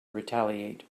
retaliate